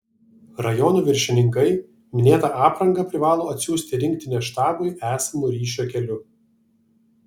rajonų viršininkai minėtą aprangą privalo atsiųsti rinktinės štabui esamu ryšio keliu